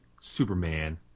Superman